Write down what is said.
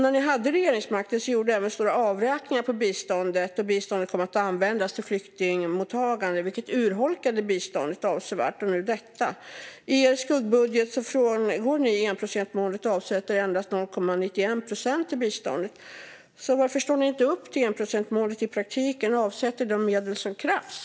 När ni hade regeringsmakten gjorde ni även stora avräkningar på biståndet för att använda till flyktingmottagande, vilket urholkade biståndet avsevärt. Och nu detta. I er skuggbudget frångår ni enprocentsmålet och avsätter endast 0,91 procent till bistånd. Varför står ni inte upp för enprocentsmålet i praktiken och avsätter de medel som krävs?